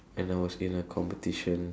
and I was in a competition